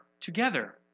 together